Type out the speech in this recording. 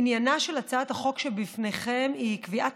עניינה של הצעת החוק שלפניכם היא קביעת